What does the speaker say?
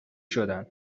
شدن